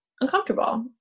uncomfortable